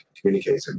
communicating